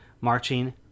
marching